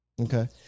Okay